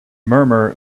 murmur